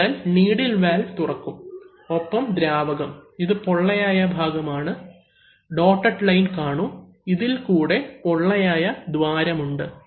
അതിനാൽ needle valve തുറക്കും ഒപ്പം ദ്രാവകം ഇത് പൊള്ളയായ ഭാഗമാണ് ഡോട്ടഡ് ലൈൻ കാണൂ ഇതിൽ കൂടെ പൊള്ളയായ ദ്വാരമുണ്ട്